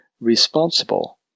responsible